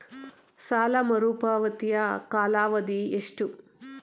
ಸಾಲ ಮರುಪಾವತಿಯ ಕಾಲಾವಧಿ ಎಷ್ಟು?